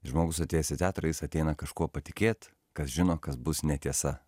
žmogus atėjęs į teatrą jis ateina kažkuo patikėt kas žino kas bus netiesa